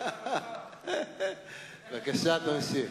בבקשה תמשיך,